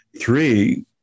Three